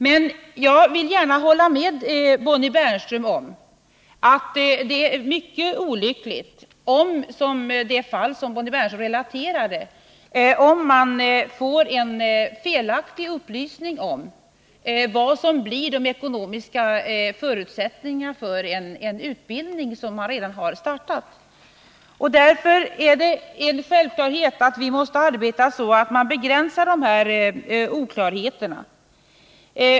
Men jag vill gärna hålla med Bonnie Bernström om att det är mycket olyckligt om man — som i det fall som Bonnie Bernström relaterade — får en felaktig upplysning om vad som blir de ekonomiska förutsättningarna för en utbildning som man redan har startat. Därför är det en självklarhet att vi måste arbeta så att man begränsar de här oklarheterna.